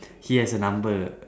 he has a number